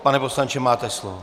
Pane poslanče, máte slovo.